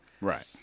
Right